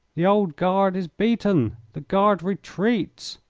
the old guard is beaten! the guard retreats!